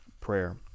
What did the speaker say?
prayer